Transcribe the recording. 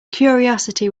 curiosity